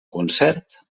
concert